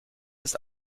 ist